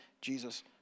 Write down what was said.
Jesus